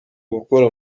ugukora